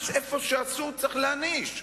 איפה שעשו צריך להעניש,